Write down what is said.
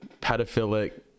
pedophilic